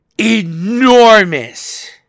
Enormous